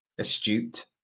astute